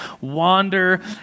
wander